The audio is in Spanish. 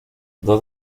dos